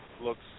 looks